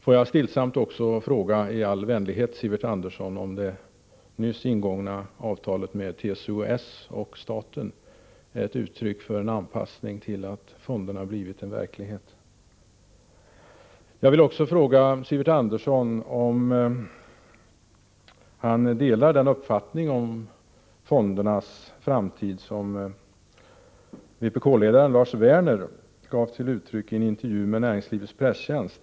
Får jag också stillsamt och i all vänlighet fråga Sivert Andersson om det nyss ingångna avtalet mellan TCO-S och staten är ett uttryck för en anpassning till att fonderna har blivit en verklighet? Jag vill vidare fråga Sivert Andersson om han delar den uppfattning om fondernas framtid som vpk-ledaren Lars Werner gav uttryck för i en intervju med Näringslivets presstjänst.